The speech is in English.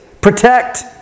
protect